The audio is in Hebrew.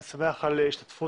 אני שמח על השתתפות,